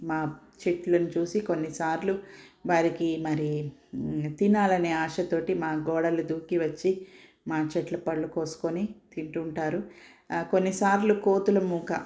మా చెట్లని చూసి కొన్నిసార్లు వారికి మరి తినాలనే ఆశ తోటి మా గోడలు దూకి వచ్చి మా చెట్ల పళ్ళు కోసుకుని తింటుంటారు కొన్నిసార్లు కోతుల మూక